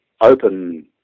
open